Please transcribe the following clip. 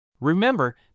Remember